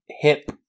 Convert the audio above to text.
hip